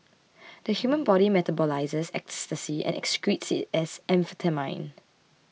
the human body metabolises ecstasy and excretes it as amphetamine